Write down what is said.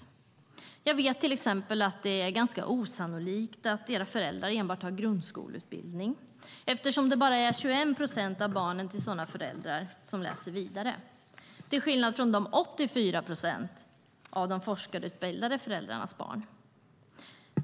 Om ni har en högskoleutbildning vet jag till exempel att det är ganska osannolikt att era föräldrar enbart har grundskoleutbildning eftersom det bara är 21 procent av barnen till sådana föräldrar som läser vidare, till skillnad från 84 procent av de forskarutbildade föräldrarnas barn.